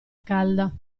calda